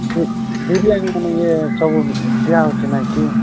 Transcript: ବି ବିରିୟାନୀ ମାନେ ଇଏ ସବୁ ଦିଆହେଉଛି ନା ଏଠି